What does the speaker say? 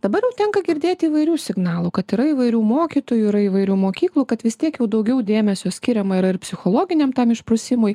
dabar jau tenka girdėti įvairių signalų kad yra įvairių mokytojų yra įvairių mokyklų kad vis tiek jau daugiau dėmesio skiriama yra ir psichologiniam tam išprusimui